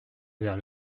vers